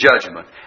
judgment